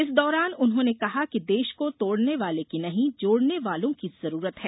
इस दौरान उन्होंने कहा कि देश को तोड़ने वाले की नहीं जोड़ने वालों की जरुरत है